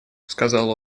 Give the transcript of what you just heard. сказал